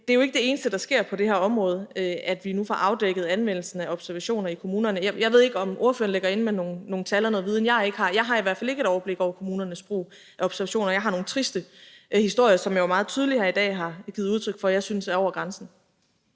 det er jo ikke det eneste, der sker på det her område, at vi nu får afdækket anvendelsen af observationer i kommunerne. Jeg ved ikke, om spørgeren ligger inde med nogle tal og noget viden, jeg ikke har. Men jeg har i hvert fald ikke et overblik over kommunernes brug af observationer; jeg har nogle triste historier, som jeg jo meget tydeligt her i dag har givet udtryk for at jeg synes er over grænsen.